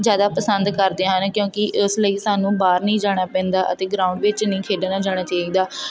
ਜ਼ਿਆਦਾ ਪਸੰਦ ਕਰਦੇ ਹਨ ਕਿਉਂਕਿ ਇਸ ਲਈ ਸਾਨੂੰ ਬਾਹਰ ਨਹੀਂ ਜਾਣਾ ਪੈਂਦਾ ਅਤੇ ਗਰਾਉਂਡ ਵਿੱਚ ਨਹੀਂ ਖੇਡਣਾ ਜਾਣਾ ਚਾਹੀਦਾ